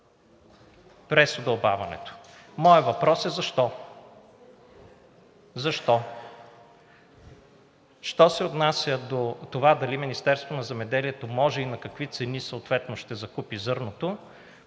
през удълбаването. Моят въпрос е: защо? Защо? Що се отнася до това дали Министерството на земеделието и съответно на какви цени ще закупи зърното,